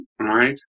right